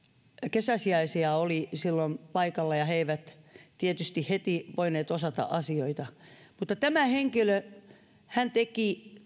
kesäsijaisia oli silloin paikalla ja he eivät tietysti heti voineet osata asioita mutta tämä henkilö teki